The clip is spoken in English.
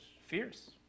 fierce